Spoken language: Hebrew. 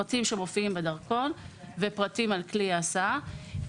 פרטים שמופיעים בדרכון ופרטים על כלי ההסעה,